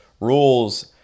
rules